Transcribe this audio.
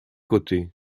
côtés